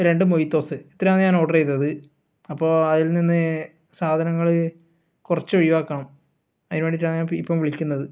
രണ്ട് മൊയ്ത്തോസ് ഇത്രയുമാണ് ഞാൻ ഓർഡറ് ചെയ്തത് അപ്പോൾ അതിൽ നിന്ന് സാധനങ്ങൾ കുറച്ച് ഒഴിവാക്കണം അതിന് വേണ്ടീട്ടാണ് ഇപ്പം ഇപ്പം വിളിക്കുന്നത്